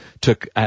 took